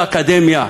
באקדמיה,